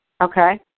Okay